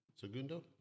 Segundo